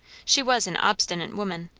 she was an obstinate woman,